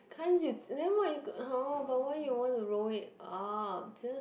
can't you then why you !huh! but why you want to roll it up just